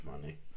money